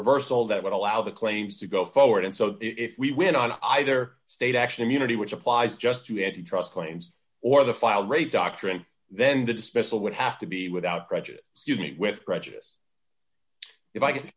reversal that would allow the claims to go forward and so if we win on either state actually immunity which applies just you have to trust claims or the filed rate doctrine then the dismissal would have to be without prejudice student with prejudice if i c